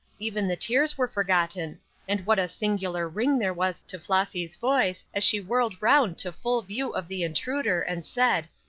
even the tears were forgotten and what a singular ring there was to flossy's voice as she whirled round to full view of the intruder, and said,